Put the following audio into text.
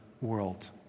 world